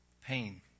pain